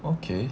okay